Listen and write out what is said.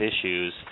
issues